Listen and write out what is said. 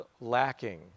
lacking